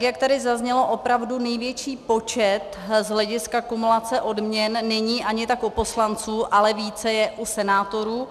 Jak tady zaznělo, opravdu největší počet z hlediska kumulace odměn není ani tak u poslanců, ale více je u senátorů.